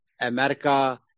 America